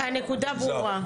הנקודה ברורה.